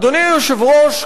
אדוני היושב-ראש,